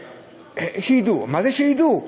מה זה שידעו?